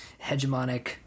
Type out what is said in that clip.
hegemonic